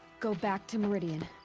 go back to meridian.